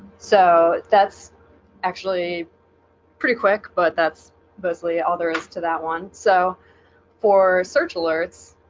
so that's actually pretty quick but that's mostly all there is to that one so for search alerts